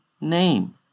name